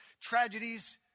tragedies